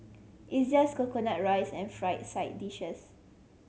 it's just coconut rice and fried side dishes